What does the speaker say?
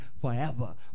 forever